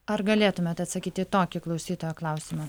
ar galėtumėt atsakyti į tokį klausytojo klausimą